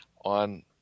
on